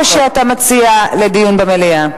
או שאתה מציע דיון במליאה?